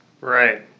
Right